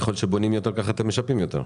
ככל שבונים יותר, כך אתם משפים יותר.